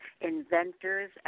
inventors